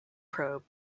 probe